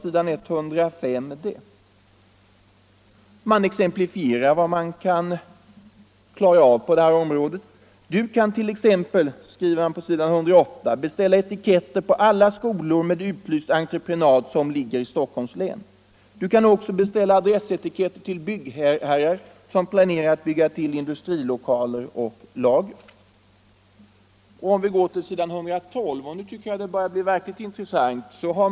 Man exemplifierar vidare vad man kan klara av på det här området: ”Du kan t.ex.”, skriver man på s. 108, ”beställa etiketter på alla skolor med utlyst entreprenad som ligger i Stockholms län. Du kan också beställa adressetikett till byggherrar, som planerar att bygga till industrilokaler eller lager.” Om vi går till s. 112 — och nu tycker jag det börjar bli verkligt intressant!